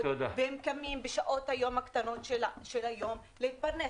והם קמים בשעות הקטנות של היום להתפרנס.